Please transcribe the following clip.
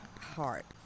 heart